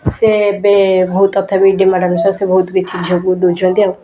ସିଏ ଏବେ ବହୁତ ତଥାପି ଡିମାଣ୍ଡ୍ ଅନୁସାରେ ସିଏ ବହୁତ କିଛି ଝିଅଙ୍କୁ ଦେଉଛନ୍ତି ଆଉ